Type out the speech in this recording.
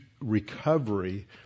recovery